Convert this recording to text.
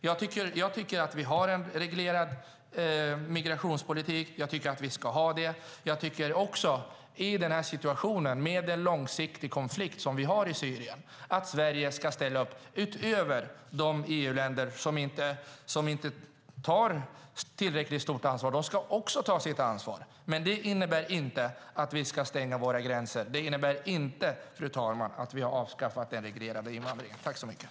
Jag tycker att vi har en reglerad migrationspolitik och att vi ska ha det. Jag tycker också att Sverige, i situationen med den långsiktiga konflikten i Syrien, ska ställa upp utöver de EU-länder som inte tar tillräckligt stort ansvar. De ska också ta sitt ansvar, men det innebär inte att vi ska stänga våra gränser. Det innebär inte, fru talman, att vi har avskaffat den reglerade invandringen.